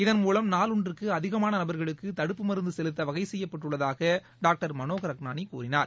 இதன்மூலம் நாளொன்றுக்கு அதிகமான நபர்களுக்கு தடுப்பு மருந்து செலுத்த வகை செய்யப்பட்டுள்ளதாக டாக்டர் மனோகர் அக்னானி கூறினார்